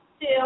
two